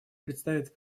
представит